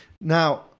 Now